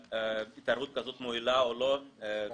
התערבות כזאת מועילה או לא לאוכלוסייה.